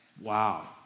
Wow